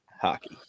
Hockey